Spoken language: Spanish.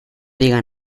diga